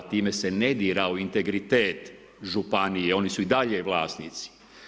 Time se ne dira u integritet županije, oni su i dalje vlasnici.